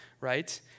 right